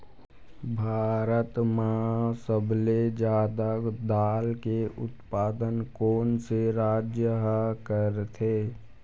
भारत मा सबले जादा दाल के उत्पादन कोन से राज्य हा करथे?